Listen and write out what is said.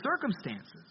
circumstances